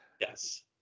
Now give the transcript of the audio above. Yes